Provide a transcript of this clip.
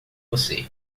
você